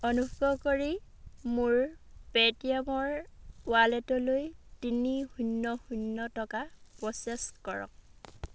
অনুগ্ৰহ কৰি মোৰ পে'টিএমৰ ৱালেটলৈ তিনি শূন্য শূন্য টকা প্ৰচেছ কৰক